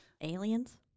aliens